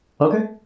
Okay